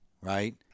right